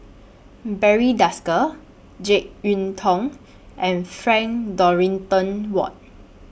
Barry Desker Jek Yeun Thong and Frank Dorrington Ward